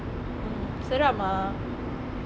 seram ah